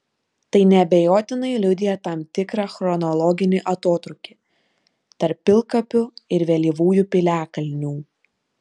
tai neabejotinai liudija tam tikrą chronologinį atotrūkį tarp pilkapių ir vėlyvųjų piliakalnių